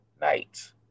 night